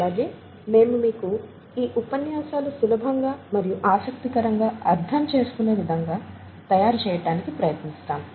అలాగే మేము మీకు ఈ ఉపన్యాసాలు సులభంగా మరియు ఆసక్తికరంగా అర్థంచేసుకునే విధంగా తయారు చేయటానికి ప్రయత్నిస్తాము